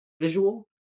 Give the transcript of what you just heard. visual